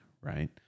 right